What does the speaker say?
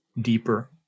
deeper